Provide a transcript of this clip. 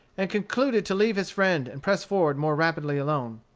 and concluded to leave his friend and press forward more rapidly alone.